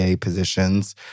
positions